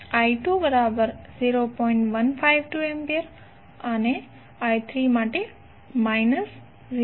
152 A અને I3 −0